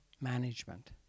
management